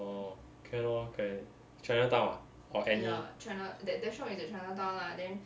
orh can lor then chinatown or any